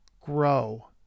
grow